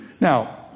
Now